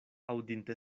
aŭdinte